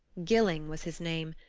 gilling was his name.